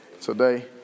today